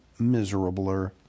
miserabler